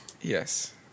Yes